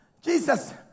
Jesus